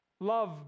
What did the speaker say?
Love